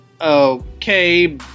okay